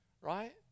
right